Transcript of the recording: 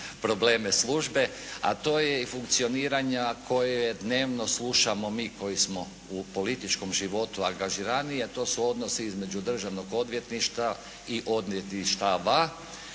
probleme službe, a to je i funkcioniranja koja dnevno slušamo mi koji smo u političkom životu angažiraniji, a to su odnosi između Državnog odvjetništva i odvjetništava,